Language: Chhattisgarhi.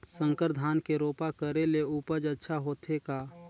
संकर धान के रोपा करे ले उपज अच्छा होथे का?